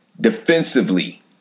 defensively